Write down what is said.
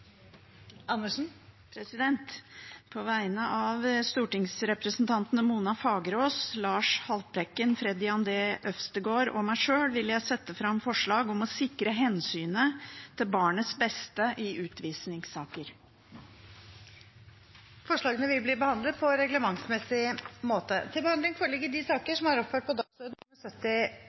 På vegne av stortingsrepresentantene Mona Fagerås, Lars Haltbrekken, Freddy André Øvstegård og meg sjøl vil jeg sette fram forslag om å sikre hensynet til barnets beste i utvisningssaker. Forslagene vil bli behandlet på reglementsmessig måte.